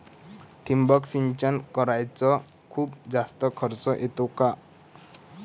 ठिबक सिंचन कराच खूप जास्त खर्च येतो का?